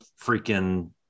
freaking